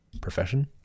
profession